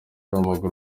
w’umupira